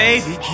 Baby